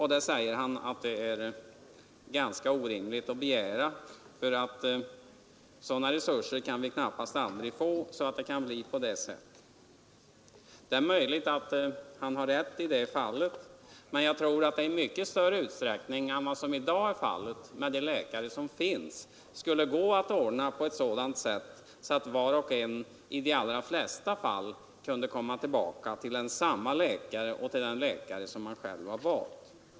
Han säger att det är ganska orimligt att begära det, eftersom vi knappast någonsin kan få resurser till detta. Det är möjligt att han har rätt i det fallet, men jag tror att det i mycket större utsträckning än i dag skulle gå att, med de läkare som finns, ordna så att de allra flesta skulle kunna komma tillbaka till samma läkare och till den läkare de själva valt.